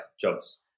jobs